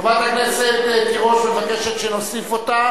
חברת הכנסת תירוש מבקשת שנוסיף אותה.